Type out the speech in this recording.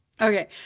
Okay